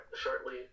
shortly